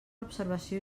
observació